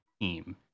team